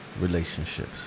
relationships